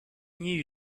knew